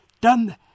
done